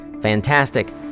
fantastic